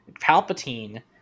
Palpatine